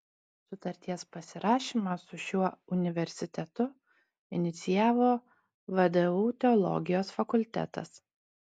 sutarties pasirašymą su šiuo universitetu inicijavo vdu teologijos fakultetas